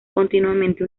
continuamente